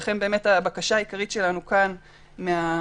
לכן הבקשה העיקרית שלנו כאן מהוועדה